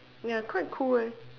ya quite cool eh